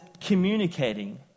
communicating